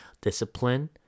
discipline